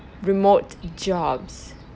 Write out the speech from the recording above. remote jobs